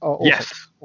Yes